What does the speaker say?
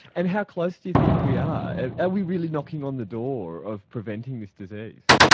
and how close do you think we are? and are we really knocking on the door of preventing this disease?